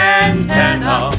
antenna